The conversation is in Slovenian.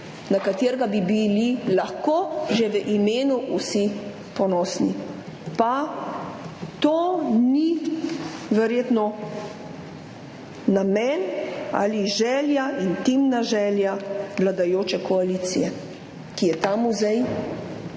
na katerega bi bili lahko že v imenu vsi ponosni. Pa verjetno to ni namen ali želja, intimna želja vladajoče koalicije, ki je ta muzej